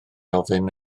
ofyn